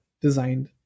designed